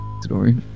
story